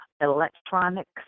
electronics